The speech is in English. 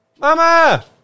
Mama